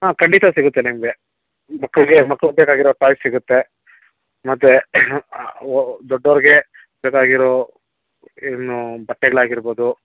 ಹಾಂ ಖಂಡಿತ ಸಿಗುತ್ತೆ ನಿಮಗೆ ಮಕ್ಕಳಿಗೆ ಮಕ್ಳಿಗೆ ಬೇಕಾಗಿರೋ ಟಾಯ್ಸ್ ಸಿಗತ್ತೆ ಮತ್ತೆ ದೊಡ್ಡೋರಿಗೆ ಬೇಕಾಗಿರೋ ಏನು ಬಟ್ಟೆಗಳಾಗಿರ್ಬೋದು